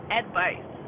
advice